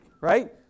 right